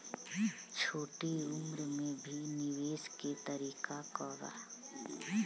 छोटी उम्र में भी निवेश के तरीका क बा?